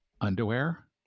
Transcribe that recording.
underwear